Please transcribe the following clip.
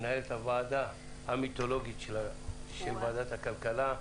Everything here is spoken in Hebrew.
מנהלת הוועדה המיתולוגית של ועדת הכלכלה,